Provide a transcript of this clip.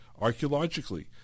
archaeologically